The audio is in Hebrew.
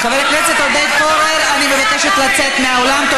חבר הכנסת עודד פורר, אני מבקשת לצאת מהאולם.